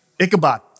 Ichabod